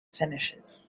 finishes